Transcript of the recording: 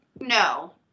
No